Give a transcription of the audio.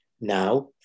Now